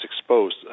exposed